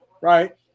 right